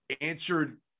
answered